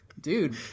Dude